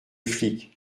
flic